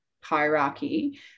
hierarchy